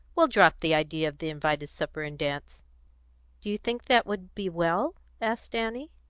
we'll drop the idea of the invited supper and dance. do you think that would be well? asked annie.